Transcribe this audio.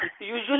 Usually